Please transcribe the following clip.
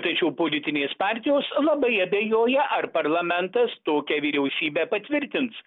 tačiau politinės partijos labai abejoja ar parlamentas tokią vyriausybę patvirtins